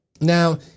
Now